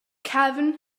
cefn